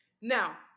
Now